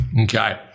Okay